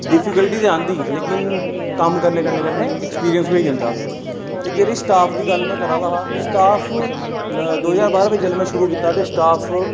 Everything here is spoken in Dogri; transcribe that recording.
डिफिकलटी ते आंदी कम्म करने कन्नै कन्नै ऐक्सपिरियंस बी होई जंदा ते जेह्ड़ी स्टाफ दी गल्ल में करा दा स्टाफ दो ज्हार बारां बिच जेल्लै में शुरू कीता ते स्टाफ